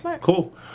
cool